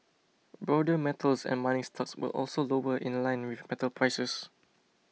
broader metals and mining stocks were also lower in line with metal prices